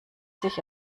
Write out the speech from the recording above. sich